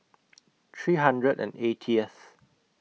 three hundred and eightieth